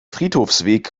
friedhofsweg